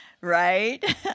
Right